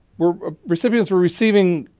were ah recipients were receiving